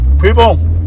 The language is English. People